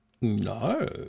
No